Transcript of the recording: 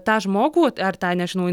tą žmogų ar tą nežinau